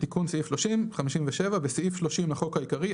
"תיקון סעיף 301. בסעיף 30 לחוק העיקרי,